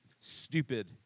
Stupid